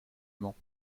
mans